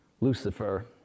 Lucifer